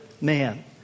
man